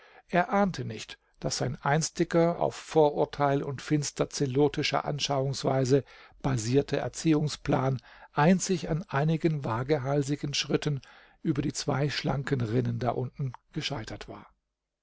er ahnte nicht daß sein einstiger auf vorurteil und finster zelotischer anschauungsweise basierter erziehungsplan einzig an einigen wagehalsigen schritten über die zwei schlanken rinnen da unten gescheitert war